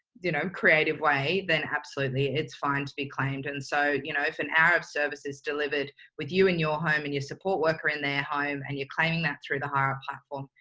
you know, creative way, then absolutely, it's fine to be claimed. and so you know, if an hour of services delivered with you in your home and your support worker in their home and you're claiming that through the hireup platform,